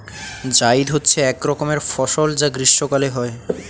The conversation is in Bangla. জায়িদ হচ্ছে এক রকমের ফসল যা গ্রীষ্মকালে হয়